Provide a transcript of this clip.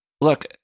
look